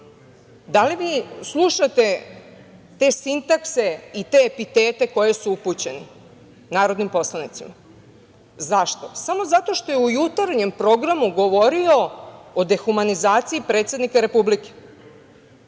Da li slušate te sintakse i te epitete koji su upućeni narodnim poslanicima? Zašto? Samo zato što je u jutarnjem programu govorio o dehumanizaciji predsednika Republike,